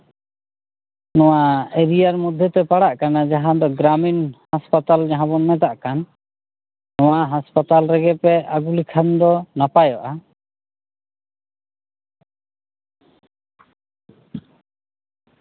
ᱱᱚᱣᱟ ᱮᱨᱤᱭᱟᱨ ᱢᱚᱫᱽᱫᱷᱮᱛᱮ ᱯᱟᱲᱟᱜ ᱠᱟᱱᱟ ᱡᱟᱦᱟᱸᱫᱚ ᱜᱨᱟᱢᱤᱱ ᱦᱟᱥᱯᱟᱛᱟᱞ ᱡᱟᱦᱟᱸᱵᱚᱱ ᱢᱮᱛᱟᱜ ᱠᱟᱱ ᱱᱚᱣᱟ ᱦᱟᱥᱯᱟᱛᱟᱞ ᱨᱮᱜᱮ ᱯᱮ ᱟᱹᱜᱩ ᱞᱮᱠᱷᱟᱱ ᱫᱚ ᱱᱟᱯᱟᱭᱚᱜᱼᱟ